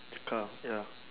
the car ya